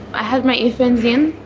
i had my earphones in.